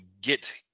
get